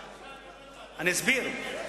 תשמע מה אני אומר לך, אני אסביר.